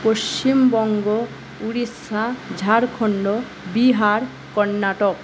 Paschimbanga Orissa Jharkhand Bihar Karnataka